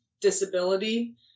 disability